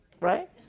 right